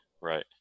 Right